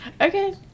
Okay